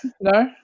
no